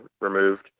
removed